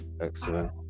Excellent